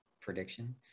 prediction